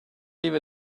leave